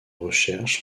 recherche